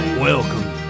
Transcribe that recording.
Welcome